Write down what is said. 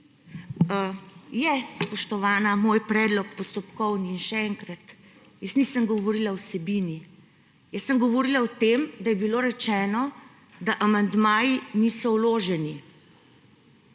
Je, spoštovana, moj predlog, postopkovni in še enkrat, jaz nisem govorila o vsebini, jaz sem govorila o tem, da je bilo rečeno, da amandmaji niso vloženi.